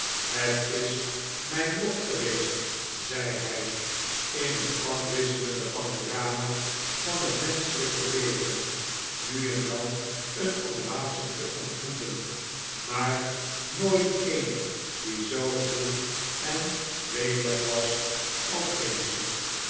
het is mijn lot geweest zei hij in het afwisselende panorama van het menschelijke leven nu en dan een oase te ontmoeten maar nooit een die zoo groen en welig was als deze